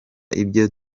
ibyo